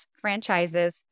franchises